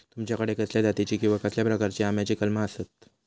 तुमच्याकडे कसल्या जातीची किवा कसल्या प्रकाराची आम्याची कलमा आसत?